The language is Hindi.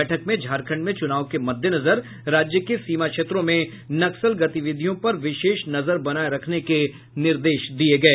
बैठक में झारखंड में चुनाव के मद्देनजर राज्य के सीमा क्षेत्रों में नक्सल गतिविधियों पर विशेष नजर बनाये रखने के निर्देश दिये गये